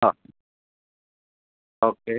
ആ ഓക്കേ